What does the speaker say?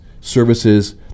services